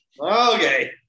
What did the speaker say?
Okay